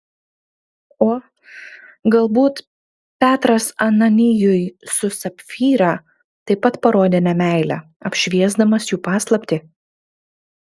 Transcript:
o galbūt petras ananijui su sapfyra taip pat parodė nemeilę apšviesdamas jų paslaptį